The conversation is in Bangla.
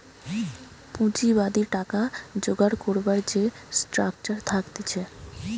পুঁজিবাদী টাকা জোগাড় করবার যে স্ট্রাকচার থাকতিছে